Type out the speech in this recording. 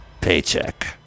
Paycheck